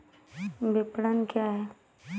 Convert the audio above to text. विपणन क्या है?